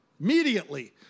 immediately